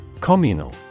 Communal